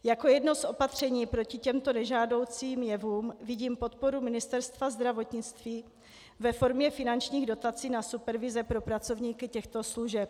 Jako jedno z opatření proti těmto nežádoucím jevům vidím podporu Ministerstva zdravotnictví ve formě finančních dotací na supervize pro pracovníky těchto služeb.